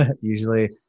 Usually